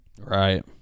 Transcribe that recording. Right